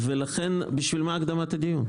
לכן, לשם מה הקדמת הדיון?